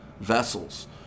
vessels